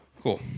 Cool